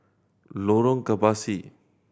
Lorong Kebasi